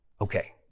okay